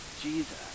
Jesus